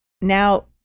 now